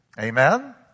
Amen